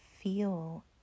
feel